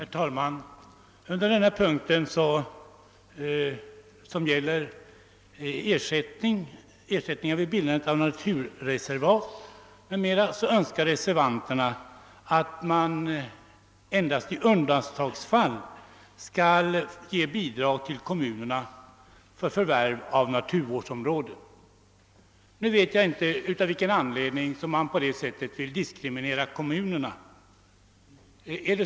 Herr talman! Under denna punkt, som gäller ersättningar vid bildandet av naturreservat m.m., önskar reservanterna att man endast i undantagsfall skall lämna bidrag till kommunerna för förvärv av naturvårdsområden. Nu vet jag inte av vilken anledning man vill diskriminera kommunerna.